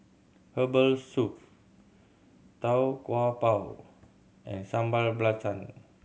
herbal soup Tau Kwa Pau and Sambal Belacan